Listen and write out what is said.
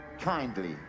kindly